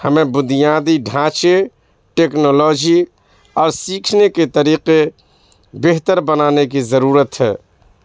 ہمیں بنیادی ڈھانچے ٹیکنالوجی اور سیکھنے کے طریقے بہتر بنانے کی ضرورت ہے